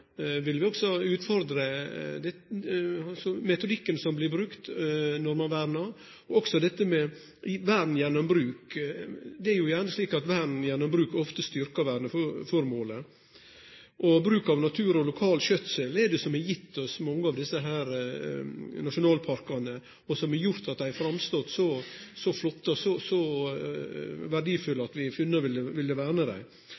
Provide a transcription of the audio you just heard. vil vi også utfordre metodikken som blir brukt når ein vernar, også dette med vern gjennom bruk. Det er jo gjerne slik at vern gjennom bruk ofte styrkjer verneformålet. Bruk av natur og lokal skjøtsel er det som har gitt oss mange av desse nasjonalparkane, og som har gjort at dei har framstått så flotte og så verdifulle at vi har funne ut at vi vil verne dei.